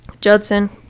Judson